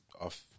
off